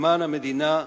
למען המדינה,